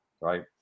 right